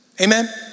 Amen